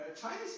Chinese